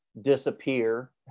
disappear